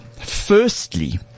firstly